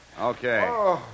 Okay